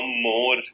more